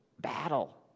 battle